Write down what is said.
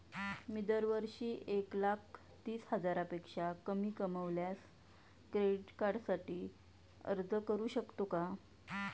मी दरवर्षी एक लाख तीस हजारापेक्षा कमी कमावल्यास क्रेडिट कार्डसाठी अर्ज करू शकतो का?